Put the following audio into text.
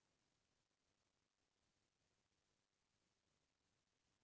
UPI के का उपयोग हे?